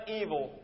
evil